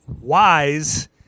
Wise